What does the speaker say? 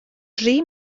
dri